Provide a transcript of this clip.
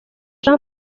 jean